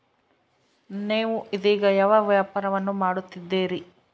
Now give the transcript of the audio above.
ನೇವು ಇದೇಗ ಯಾವ ವ್ಯಾಪಾರವನ್ನು ಮಾಡುತ್ತಿದ್ದೇರಿ?